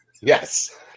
Yes